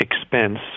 expense